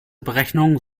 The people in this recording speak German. berechnung